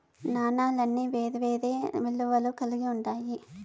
నాణాలన్నీ వేరే వేరే విలువలు కల్గి ఉంటాయి